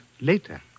later